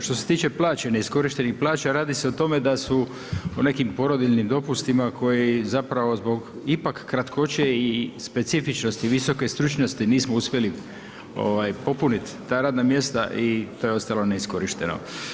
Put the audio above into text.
Što se tiče neiskorištenih plaća, radi se o tome da su o nekim porodiljnim dopustima koji zbog ipak kratkoće i specifičnosti visoke stručnosti nismo uspjeli popuniti ta radna mjesta i to je ostalo neiskorišteno.